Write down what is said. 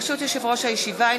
ברשות יושב-ראש הישיבה,